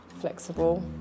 flexible